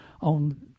on